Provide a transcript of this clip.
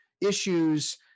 issues